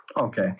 okay